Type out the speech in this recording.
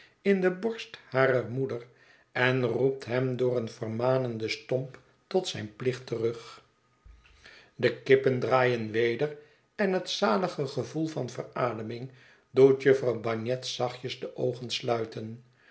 in de borst harer moeder en roept hem door een vermanenden stomp tot zijn plicht terug de kippen draaien weder en het zalige gevoel van verademing doet jufvrouw bagnet zachtjes de oogen sluiten